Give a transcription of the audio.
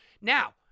Now